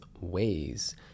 ways